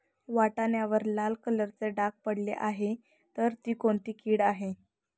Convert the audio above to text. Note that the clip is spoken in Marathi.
वाटाण्यावर लाल कलरचे डाग पडले आहे तर ती कोणती कीड आहे?